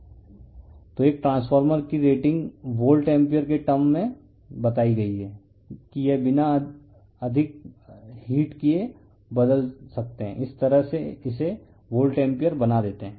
refer slide time 1205 तो एक transformer की रेटिंग वोल्ट एम्पीयर के टर्म में बताई गई है कि यह बिना अधिक हीट किए बदल सकते है इस तरह इसे वोल्ट एम्पीयर बना देते है